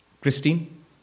Christine